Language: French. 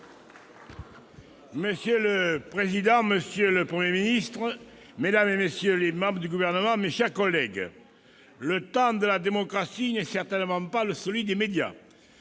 Monsieur le président, monsieur le Premier ministre, mesdames, messieurs les membres du Gouvernement, mes chers collègues, le temps de la démocratie n'est certainement pas celui des médias.